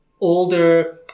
older